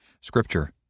Scripture